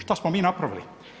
Što smo mi napravili?